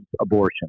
abortion